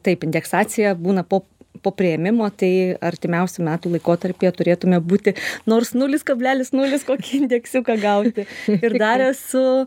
taip indeksacija būna po po priėmimo tai artimiausių metų laikotarpyje turėtume būti nors nulis kablelis nulis kokį ndeksiuką gauti ir dar esu